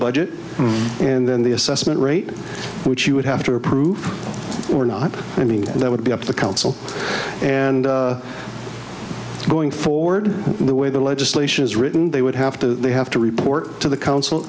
budget and then the assessment rate which you would have to approve or not i mean that would be up to the council and going forward the way the legislation is written they would have to have to report to the council